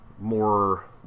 more